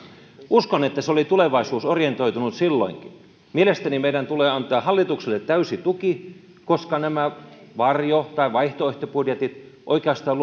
uskon että se oli tulevaisuusorientoitunut silloinkin mielestäni meidän tulee antaa hallitukselle täysi tuki koska nämä varjo tai vaihtoehtobudjetit oikeastaan